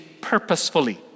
purposefully